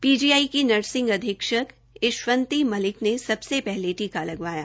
PGI की nursing अधीक्षक ईशवती मलिक ने सबसे पहले टीका लगवाया